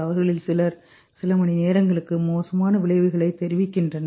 அவர்களில் சிலர் சில மணிநேரங்களுக்கு மோசமான விளைவுகளை தெரிவிக்கின்றனர்